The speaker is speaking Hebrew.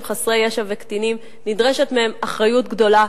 חסרי ישע וקטינים נדרשת מהם אחריות גדולה,